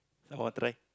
come awak try